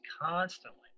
constantly